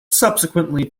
subsequently